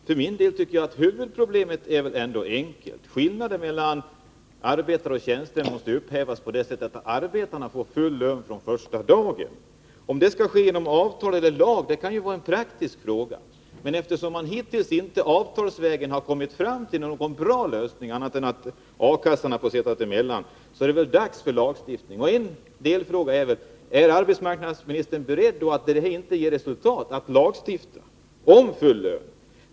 Herr talman! Jag tycker för min del att huvudproblemet ändå är enkelt: skillnaden mellan arbetare och tjänstemän måste upphävas på det sättet att arbetarna får full lön från permitteringens första dag. Om detta skall ske genom avtal eller lag kan vara en praktisk fråga, men eftersom man hittills inte kommit fram till någon bra lösning avtalsvägen — här har A-kassan fått sitta emellan — är det väl dags för lagstiftning. En delfråga är: Är arbetsmarknadsministern beredd, om dessa överläggningar inte ger resultat, att lagstifta om full lön?